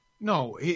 No